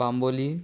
Bambolim